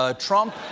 ah trump